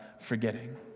forgetting